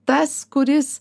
tas kuris